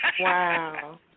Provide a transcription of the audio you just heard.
Wow